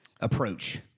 approach